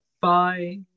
Bye